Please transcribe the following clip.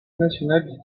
national